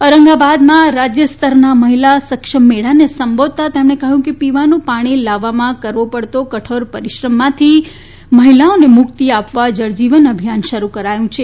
ઔરંગાબાદમાં રાજ્ય સ્તરના મહિલા સક્ષમ મેળાને સંબોધતા તેમણે કહ્યું કે પીવાનું પાણી લાવવામાં કરવો પડતો કઠોર પરિશ્રમમાંથી મહિલાઓને મુક્તિ આપવા જળ જીવન અભિયાન શરૂ કરાયું છે